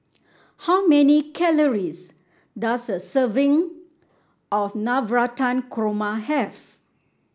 how many calories does a serving of Navratan Korma have